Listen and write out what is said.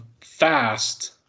fast